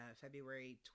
February